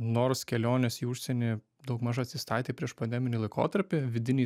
nors kelionės į užsienį daugmaž atsistatė prieš pandeminį laikotarpį vidinį